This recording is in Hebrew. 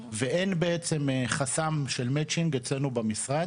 ואין חסם של מצ'ינג אצלנו במשרד.